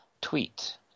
tweet –